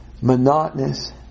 monotonous